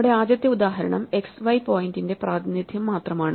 നമ്മുടെ ആദ്യത്തെ ഉദാഹരണം x y പോയിന്റിന്റെ പ്രാതിനിധ്യം മാത്രമാണ്